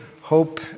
hope